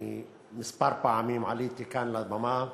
כמה פעמים עליתי כאן לבמה,